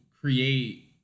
create